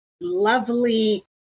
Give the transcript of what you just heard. lovely